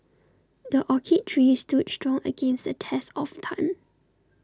the oak tree stood strong against the test of time